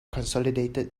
consolidated